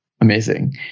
Amazing